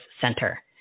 Center